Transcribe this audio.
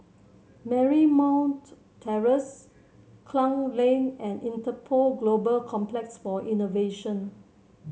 Marymount Terrace Klang Lane and Interpol Global Complex for Innovation